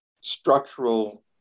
structural